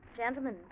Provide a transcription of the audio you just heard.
Gentlemen